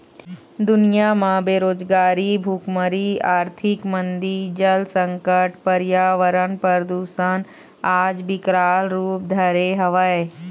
दुनिया म बेरोजगारी, भुखमरी, आरथिक मंदी, जल संकट, परयावरन परदूसन आज बिकराल रुप धरे हवय